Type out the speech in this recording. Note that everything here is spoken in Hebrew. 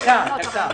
מע"מ.